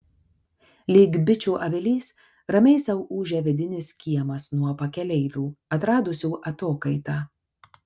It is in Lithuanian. lyg bičių avilys ramiai sau ūžia vidinis kiemas nuo pakeleivių atradusių atokaitą